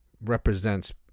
represents